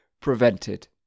prevented